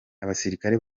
abasirikare